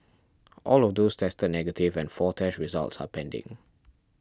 all of those tested negative and four test results are pending